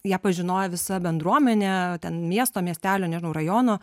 ją pažinojo visa bendruomenė ten miesto miestelio nežinau rajono